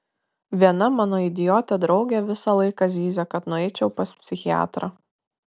viena mano idiotė draugė visą laiką zyzia kad nueičiau pas psichiatrą